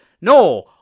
no